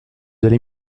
allez